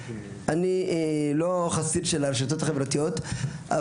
אני לא חסיד של הרשתות החברתיות,